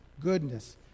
goodness